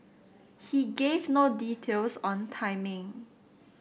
he gave no details on timing